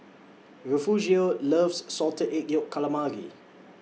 Refugio loves Salted Egg Yolk Calamari